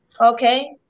Okay